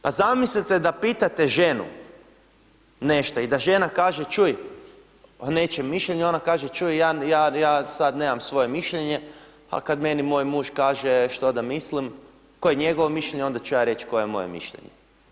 Pa zamislite da pitate ženu nešto i da žena kaže čuj o nečijem mišljenju i ona kaže čuj ja, ja sad nemam svoje mišljenje a kad meni moj muž kaže što da mislim, koje je njegovo mišljenje, onda ću ja reć koje je moje mišljenje.